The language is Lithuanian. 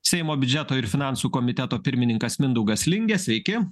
seimo biudžeto ir finansų komiteto pirmininkas mindaugas lingė sveiki